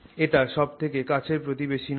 এটা সব থেকে কাছের প্রতিবেশী নয়